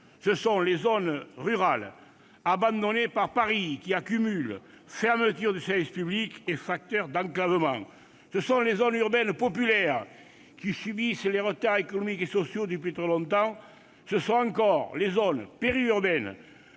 Ce sont les zones rurales, abandonnées par Paris, qui accumulent fermetures de services publics et facteurs d'enclavement. Ce sont les zones urbaines populaires, qui subissent les retards économiques et sociaux depuis trop longtemps. Ce sont encore les zones périurbaines,